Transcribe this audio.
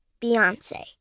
Beyonce